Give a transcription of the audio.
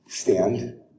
Stand